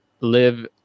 live